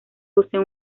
posee